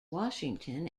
washington